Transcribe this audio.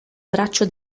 braccio